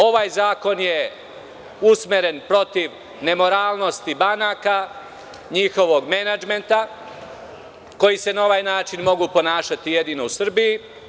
Ovaj zakon je usmeren protiv nemoralnosti banaka, njihovog menadžmenta koji se na ovaj način mogu ponašati jedino u Srbiji.